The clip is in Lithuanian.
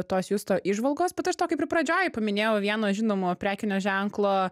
tos justo įžvalgos bet aš to kaip ir pradžioje paminėjau vieno žinomo prekinio ženklo